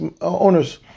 owner's